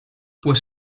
pues